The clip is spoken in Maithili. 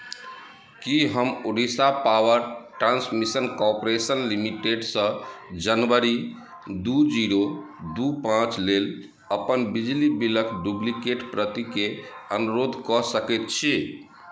की हम ओडिशा पावर ट्रांसमिशन कॉर्पोरेशन लिमिटेडसँ जनवरी दू जीरो दू पाँच लेल अपन बिजली बिलक डुप्लिकेट प्रतिके अनुरोध कऽ सकैत छी